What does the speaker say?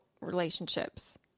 relationships